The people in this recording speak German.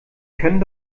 können